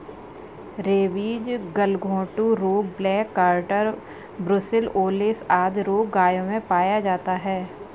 rabies, गलघोंटू रोग, black quarter, brucellosis आदि रोग गायों में पाया जाता है